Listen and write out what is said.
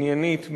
עניינית,